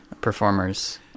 performers